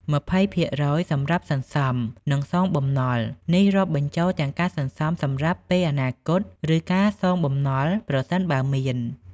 20% សម្រាប់សន្សំ និងសងបំណុល នេះរាប់បញ្ចូលទាំងការសន្សំសម្រាប់ពេលអនាគត ឬការសងបំណុល ប្រសិនបើមាន។